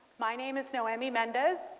my name is naomi mendez.